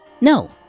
No